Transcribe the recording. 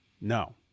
No